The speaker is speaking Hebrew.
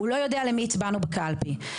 לא יודע למי הצבענו בקלפי.